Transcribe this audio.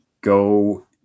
go